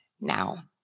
now